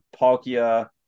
Palkia